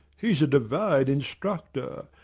he's a divine instructor!